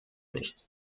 nicht